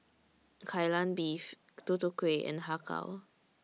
Kai Lan Beef Tutu Kueh and Har Kow